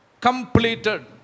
completed